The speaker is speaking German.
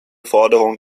forderungen